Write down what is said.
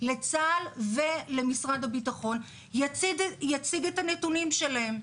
לצה"ל ולמשרד הביטחון יציג את הנתונים שלהם,